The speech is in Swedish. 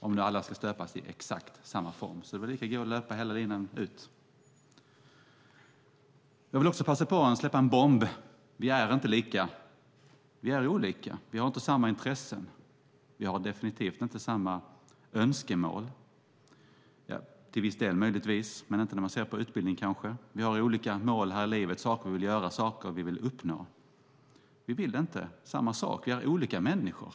Om alla ska stöpas i exakt samma form är det väl lika gott att löpa hela linan ut. Jag vill också passa på att släppa en bomb: Vi är inte lika, vi är olika! Vi har inte samma intressen. Vi har definitivt inte samma önskemål - till viss del möjligtvis, men kanske inte när man ser på utbildning. Vi har olika mål här i livet, saker vi vill göra, saker vi vill uppnå. Vi vill inte samma sak. Vi är olika människor.